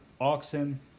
oxen